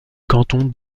canton